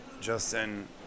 Justin